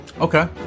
Okay